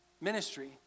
ministry